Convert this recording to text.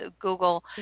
Google